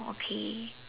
okay